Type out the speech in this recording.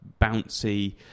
bouncy